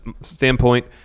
standpoint